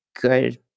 good